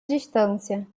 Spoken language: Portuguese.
distância